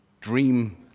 dream